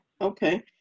okay